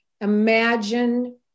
imagine